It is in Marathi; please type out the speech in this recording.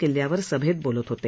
किल्ल्यावर सभैत बोलत होते